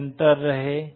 निरंतर रहें